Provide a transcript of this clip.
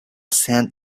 scent